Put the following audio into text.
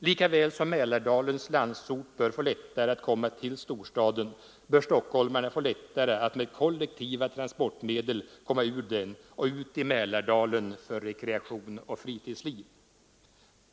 Lika väl som Mälardalens landsortsbor bör få lättare att komma till storstaden bör stockholmarna få lättare att med kollektiva transportmedel komma ur den och ut i Mälardalen för rekreation och fritidsliv.